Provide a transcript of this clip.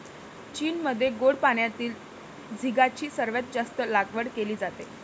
चीनमध्ये गोड पाण्यातील झिगाची सर्वात जास्त लागवड केली जाते